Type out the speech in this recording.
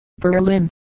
Berlin